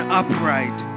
upright